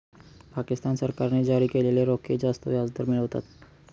पाकिस्तान सरकारने जारी केलेले रोखे जास्त व्याजदर मिळवतात